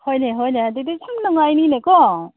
ꯍꯣꯏ ꯍꯣꯏꯅꯦ ꯑꯗꯨꯗꯤ ꯌꯥꯝ ꯅꯨꯡꯉꯥꯏꯅꯤꯅꯦ ꯀꯣ